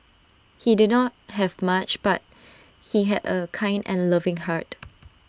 he did not have much but he had A kind and loving heart